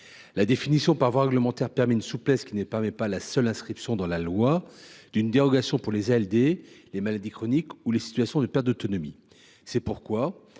La définition par voie réglementaire autorise une souplesse que ne permet pas la seule inscription dans la loi d’une dérogation pour les affections de longue durée (ALD), les maladies chroniques ou les situations de perte d’autonomie.